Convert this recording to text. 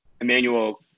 Emmanuel